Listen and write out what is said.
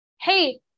hey